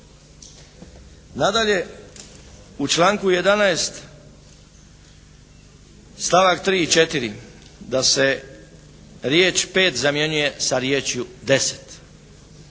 Nadalje, u članku 11. stavak 3. i 4. da se riječ “pet“ zamjenjuje sa riječju